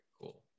Cool